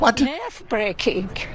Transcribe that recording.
nerve-breaking